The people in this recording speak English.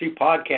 podcast